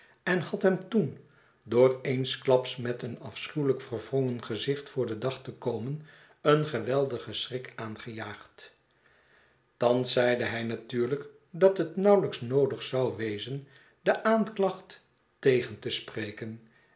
en had hem toen dooreensklaps met een afschuwelljk verwrongen gezicht voor den dag te komen een geweldigen schrik aangejaagd thans zeide hij natuurlijk dat het nauwelijks noodig zou wezen de aanklacht tegen te spreken